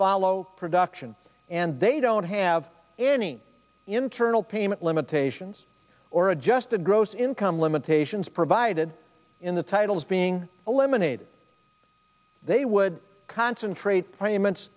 follow production and they don't have any internal payment limitations or adjusted gross income limitations provided in the titles being eliminated they would concentrate payments